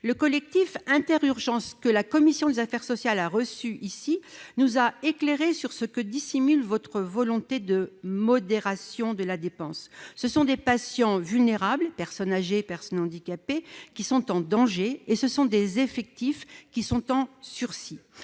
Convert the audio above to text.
Le collectif Inter-Urgences, que la commission des affaires sociales a reçu ici, nous a éclairés sur ce que dissimule votre volonté de modération de la dépense. Ce sont des patients vulnérables- personnes âgées et personnes handicapées -qui sont en danger. Ce sont des effectifs en sursis.